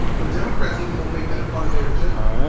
but democrats even won't make that a part of their agenda.